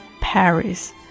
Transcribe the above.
Paris